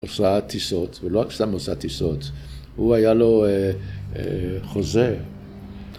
הוא עשה טיסות, והוא לא רק סתם עשה טיסות, הוא היה לו אה.. אה.. חוזר.